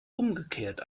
umgekehrt